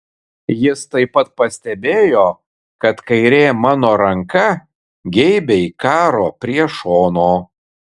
jis taip pat pastebėjo kad kairė mano ranka geibiai karo prie šono